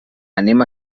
anem